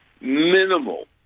minimal